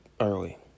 early